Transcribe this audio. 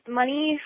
money